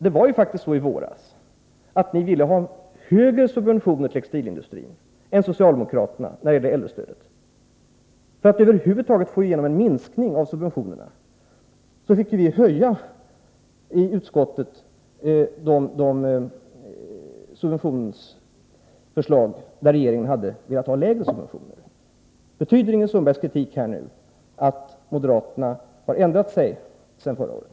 Det var faktiskt så i våras, när det gällde äldrestödet, att ni ville ha högre subventioner till textilindustrin än vad socialdemokraterna önskade. För att över huvud taget få igenom en minskning av subventionerna måste vi i utskottet hemställa om höjning av regeringens subventionsförslag. Betyder Ingrid Sundbergs kritik här och nu att moderaterna har ändrat sig sedan förra året?